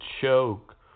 choke